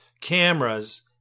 cameras